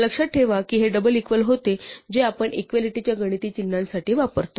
लक्षात ठेवा की हे डबल इकवल होते जे आपण एक्वालिटीच्या गणिती चिन्हासाठी वापरतो